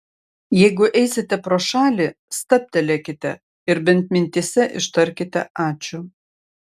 jeigu eisite pro šalį stabtelėkite ir bent mintyse ištarkite ačiū